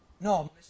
No